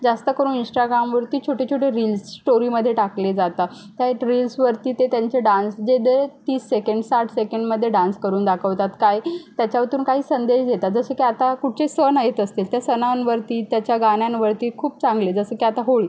जास्तकरून इंश्टाग्राम वरती छोटे छोटे रिल्स स्टोरीमध्ये टाकले जातात त्या रिल्सवरती ते त्यांचे डान्स जे ते तीस सेकेंड साठ सेकेंडमध्ये डान्स करून दाखवतात काय त्याच्यातून काही संदेश देतात जसं की आता कुठचे सण येत असतील त्या सणांवरती त्याच्या गाण्यांवरती खूप चांगले जसं की आता होळी